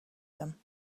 them